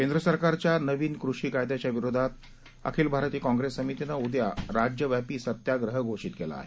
केंद्र सरकारच्या नवीन कृषी कायद्याच्या विरोधात अखिल भारतीय काँप्रेस समितीनं उद्या राज्यव्यापी सत्याग्रह घोषित केला आहे